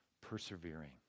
persevering